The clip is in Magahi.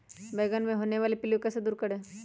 बैंगन मे होने वाले पिल्लू को कैसे दूर करें?